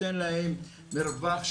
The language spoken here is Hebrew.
וכדי להיות מטפל אתה צריך להיות יותר קולט,